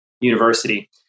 university